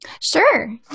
Sure